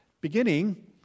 beginning